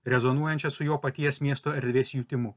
rezonuojančią su jo paties miesto erdvės jutimu